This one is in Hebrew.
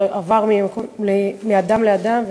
עבר מאדם לאדם.